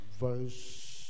verse